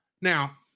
Now